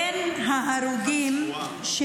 בין ההרוגים, חתיכת צבועה.